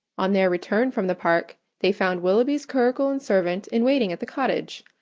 on their return from the park they found willoughby's curricle and servant in waiting at the cottage,